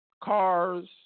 Cars